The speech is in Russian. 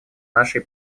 нашей